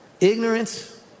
Ignorance